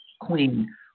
queen